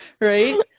right